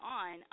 on